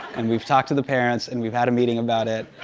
and we've talked to the parents and we've had a meeting about it.